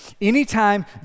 Anytime